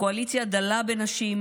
הקואליציה דלה בנשים,